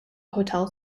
hotel